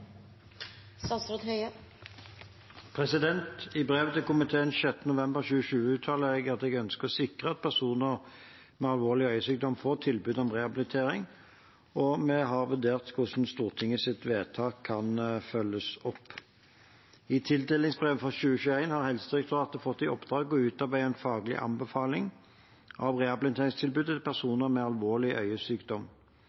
I brev til komiteen av 6. november 2020 uttalte jeg at jeg ønsker å sikre at personer med alvorlig øyesykdom får tilbud om rehabilitering, og vi har vurdert hvordan Stortingets vedtak kan følges opp. I tildelingsbrevet for 2021 har Helsedirektoratet fått i oppdrag å utarbeide en faglig anbefaling om rehabiliteringstilbudet til